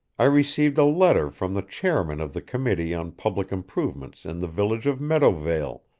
i received a letter from the chairman of the committee on public improvements in the village of meadowvale,